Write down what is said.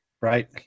right